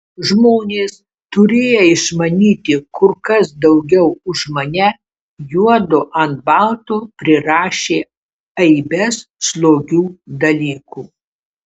žmonės turėję išmanyti kur kas daugiau už mane juodu ant balto prirašė aibes slogių dalykų